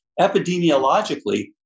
epidemiologically